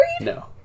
No